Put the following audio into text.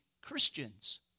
Christians